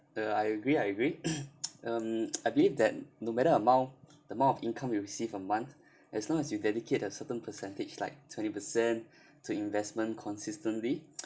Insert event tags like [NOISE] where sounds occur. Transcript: uh I agree I agree um [NOISE] I believe that no matter amount the amount of income you receive a month as long as you dedicate a certain percentage like twenty percent to investments consistently [NOISE]